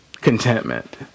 Contentment